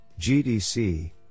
GDC